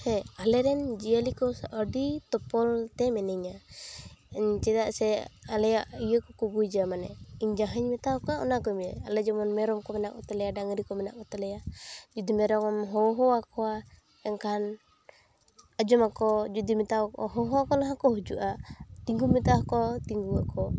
ᱦᱮᱸ ᱟᱞᱮᱨᱮᱱ ᱡᱤᱭᱟᱹᱞᱤ ᱠᱚ ᱟᱹᱰᱤ ᱛᱚᱯᱚᱞ ᱛᱮ ᱢᱤᱱᱟᱹᱧᱟ ᱤᱧ ᱪᱮᱫᱟᱜ ᱥᱮ ᱟᱞᱮᱭᱟᱜ ᱤᱭᱟᱹ ᱠᱚᱠᱚ ᱵᱩᱡᱟ ᱢᱟᱱᱮ ᱤᱧ ᱡᱟᱦᱟᱧ ᱢᱮᱛᱟ ᱠᱚᱣᱟ ᱚᱱᱟᱠᱚ ᱠᱟᱹᱢᱤᱭᱟ ᱟᱞᱮ ᱡᱮᱢᱚᱱ ᱢᱮᱨᱚᱢ ᱠᱚ ᱢᱮᱱᱟᱜ ᱠᱚᱛᱟᱞᱮᱭᱟ ᱰᱟᱝᱨᱤ ᱠᱚ ᱢᱮᱱᱟᱜ ᱠᱚᱛᱟᱞᱮᱭᱟ ᱡᱩᱫᱤ ᱢᱮᱨᱚᱢ ᱮᱢ ᱦᱚᱦᱚᱣᱟᱠᱚᱣᱟ ᱮᱱᱠᱷᱟᱱ ᱟᱸᱡᱚᱢᱟᱠᱚ ᱡᱩᱫᱤᱢ ᱢᱮᱛᱟ ᱠᱚᱣᱟ ᱦᱚᱦᱚ ᱟᱠᱚ ᱨᱮᱦᱚᱸ ᱠᱚ ᱦᱤᱡᱩᱜᱼᱟ ᱛᱤᱸᱜᱩᱢ ᱢᱮᱛᱟᱣᱟᱠᱚᱣᱟ ᱛᱤᱸᱜᱩᱜ ᱟᱠᱚ